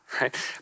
right